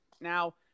Now